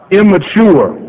immature